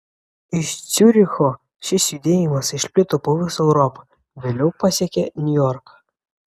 iš ciuricho šis judėjimas išplito po visą europą vėliau pasiekė niujorką